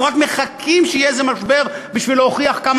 אנחנו רק מחכים שיהיה איזה משבר בשביל להוכיח כמה